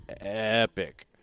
epic